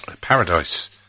Paradise